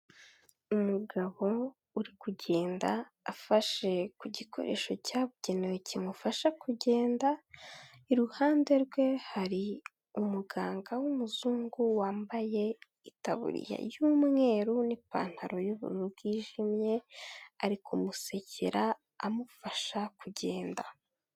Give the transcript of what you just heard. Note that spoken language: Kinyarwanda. Umugabo uri kugenda afashe ku gikoresho cyabugenewe kimufasha kugenda, iruhande rwe hari umuganga w'umuzungu wambaye itaburiya y'umweru n'ipantaro y'ubururu bwijimye, ari kumusekera amufasha kugenda.